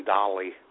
Dolly